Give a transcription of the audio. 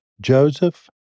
Joseph